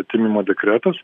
atėmimo dekretas